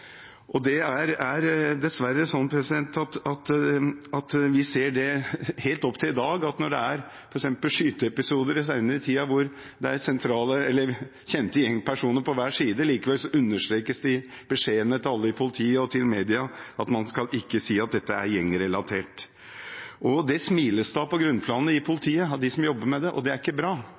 Det er dessverre sånn at helt opp til i dag ser vi, f.eks. ved skyteepisoder den senere tiden, hvor det er kjente gjengpersoner på hver side, at det likevel understrekes, i beskjedenhet, til alle i politiet og til media at man ikke skal si at dette er gjengrelatert. Det smiles det av på grunnplanet i politiet av dem som jobber med det, og det er ikke bra,